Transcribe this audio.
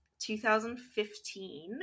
2015